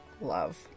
love